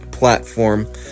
Platform